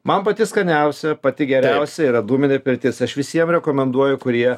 man pati skaniausia pati geriausia yra dūminė pirtis aš visiem rekomenduoju kurie